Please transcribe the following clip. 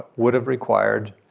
would have required.